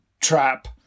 trap